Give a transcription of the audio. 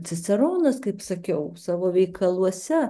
ciceronas kaip sakiau savo veikaluose